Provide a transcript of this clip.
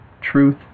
truth